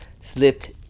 slipped